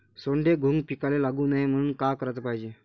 सोंडे, घुंग पिकाले लागू नये म्हनून का कराच पायजे?